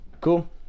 Cool